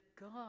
God